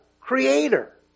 Creator